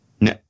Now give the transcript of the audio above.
No